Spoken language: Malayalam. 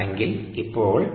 ആണെങ്കിൽ ഇപ്പോൾ